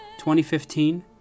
2015